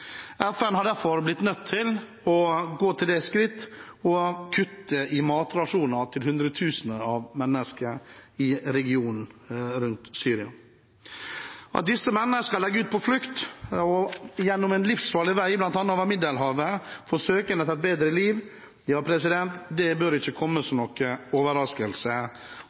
FN har derfor blitt nødt til å gå til det skritt å kutte i matrasjonene til hundretusener av mennesker i regionen rundt Syria. At disse menneskene legger ut på flukt på en livsfarlig vei – bl.a. over Middelhavet – på søken etter et bedre liv, bør ikke komme som noen overraskelse. Det var også det